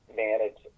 manage